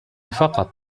فقط